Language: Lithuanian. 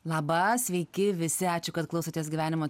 laba sveiki visi ačiū kad klausotės gyvenimo